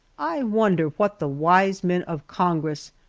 i wonder what the wise men of congress,